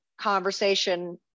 conversation